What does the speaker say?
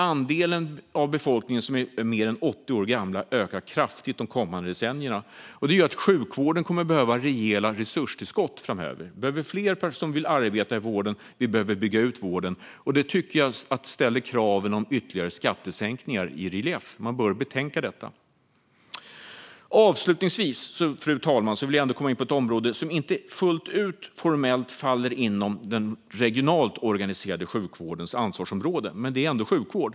Andelen av befolkningen som är över 80 år gammal ökar kraftigt de kommande decennierna. Det gör att sjukvården kommer att behöva rejäla resurstillskott framöver. Vi behöver fler som vill arbeta i vården, och vi behöver bygga ut vården. Det tycker jag ställer kraven på ytterligare skattesänkningar i en relief. Man bör betänka detta. Fru talman! Avslutningsvis vill jag ändå komma in på ett område som inte fullt ut formellt faller inom den regionalt organiserade sjukvårdens ansvarsområde, men det är ändå sjukvård.